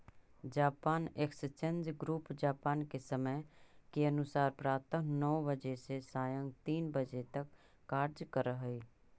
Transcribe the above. Japan exchange group Japan के समय के अनुसार प्रातः नौ बजे से सायं तीन बजे तक कार्य करऽ हइ